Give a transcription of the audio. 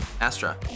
Astra